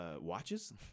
watches